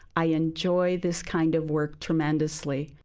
i enjoy this kind of work tremendously.